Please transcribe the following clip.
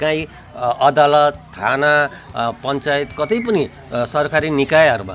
काहीँ अदालत थाना पञ्चायत कतै पनि सरकारी निकायहरूमा